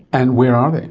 and where are they?